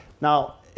Now